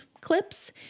clips